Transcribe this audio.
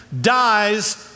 dies